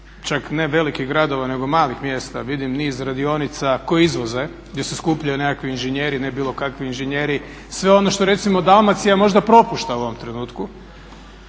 čak ne velikih gradova nego malih mjesta, vidim niz radionica koje izvoze, gdje se skupljaju nekakvi inženjeri, ne bilo kakvi inženjeri, sve ono što recimo Dalmacija možda propušta u ovom trenutku.